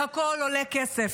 והכול עולה כסף.